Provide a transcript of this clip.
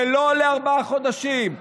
ולא לארבעה חודשים,